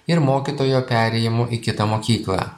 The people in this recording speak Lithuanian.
ir mokytojo perėjimu į kitą mokyklą